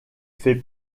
fait